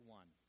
one